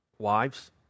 Wives